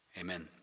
Amen